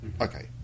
Okay